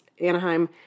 Anaheim